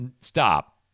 Stop